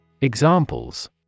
Examples